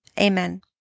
amen